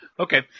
Okay